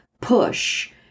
push